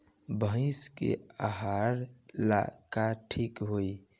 भइस के आहार ला का ठिक होई?